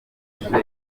inyuma